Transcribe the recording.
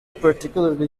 particularly